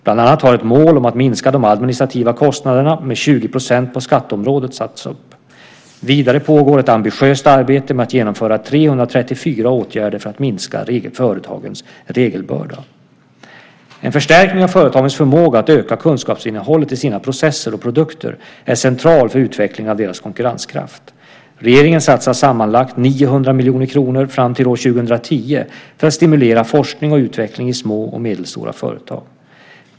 Bland annat har ett mål om att minska de administrativa kostnaderna med 20 % på skatteområdet satts upp. Vidare pågår ett ambitiöst arbete med att genomföra 334 åtgärder för att minska företagens regelbörda. En förstärkning av företagens förmåga att öka kunskapsinnehållet i sina processer och produkter är central för utvecklingen av deras konkurrenskraft. Regeringen satsar sammanlagt 900 miljoner kronor fram till år 2010 för att stimulera forskning och utveckling i små och medelstora företag.